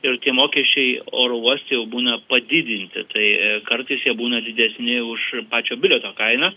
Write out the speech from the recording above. ir tie mokesčiai oro uoste jau būna padidinti tai e kartais jie būna didesni už pačio bilieto kainą